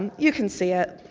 um you can see it.